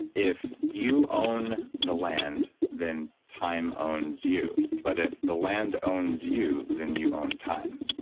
if you own the land then time owns you, but if the land owns you, then you own time.